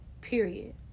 Period